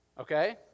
Okay